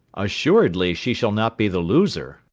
assuredly she shall not be the loser.